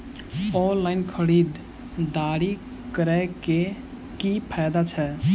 Online खरीददारी करै केँ की फायदा छै?